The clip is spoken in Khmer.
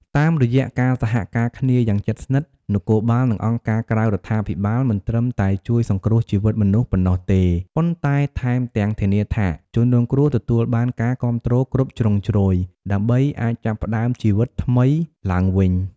តាមរយៈការសហការគ្នាយ៉ាងជិតស្និទ្ធ នគរបាល និងអង្គការក្រៅរដ្ឋាភិបាលមិនត្រឹមតែជួយសង្គ្រោះជីវិតមនុស្សប៉ុណ្ណោះទេ ប៉ុន្តែថែមទាំងធានាថាជនរងគ្រោះទទួលបានការគាំទ្រគ្រប់ជ្រុងជ្រោយ ដើម្បីអាចចាប់ផ្ដើមជីវិតថ្មីឡើងវិញ។